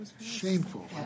shameful